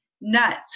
nuts